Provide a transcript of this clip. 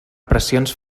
pressions